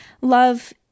love